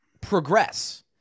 progress